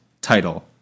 title